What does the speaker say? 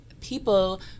people